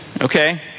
okay